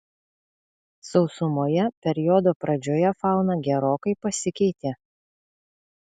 sausumoje periodo pradžioje fauna gerokai pasikeitė